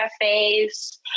cafes